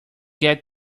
get